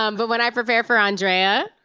um but when i prepare for andrea,